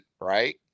right